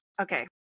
Okay